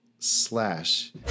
slash